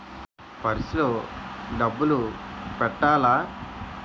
Purse లో డబ్బులు పెట్టలా?